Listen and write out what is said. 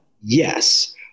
Yes